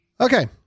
Okay